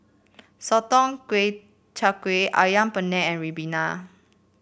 sotong kway char kway ayam penyet and ribena